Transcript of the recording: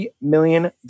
million